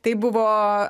tai buvo